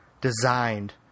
designed